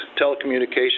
telecommunications